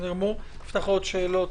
לשאלה השנייה שלך,